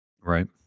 Right